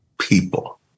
people